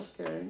okay